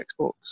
Xbox